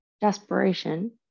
desperation